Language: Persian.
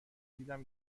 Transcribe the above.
دیدم